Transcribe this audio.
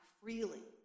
freely